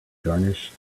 garnished